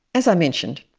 as i mentioned,